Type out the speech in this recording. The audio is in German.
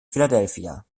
philadelphia